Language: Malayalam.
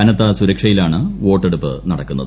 കനത്ത സുരക്ഷയിലാണ് വോട്ടെടുപ്പ് നടക്കുന്നത്